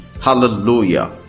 Hallelujah